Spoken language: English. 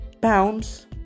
pounds